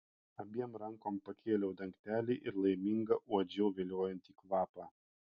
abiem rankom pakėliau dangtelį ir laiminga uodžiau viliojantį kvapą